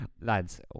Lads